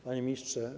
Panie Ministrze!